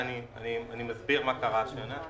ואני מסביר מה קרה השנה,